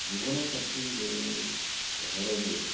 ଜୀବନସାଥି ଯୋଉ ସହରରୁ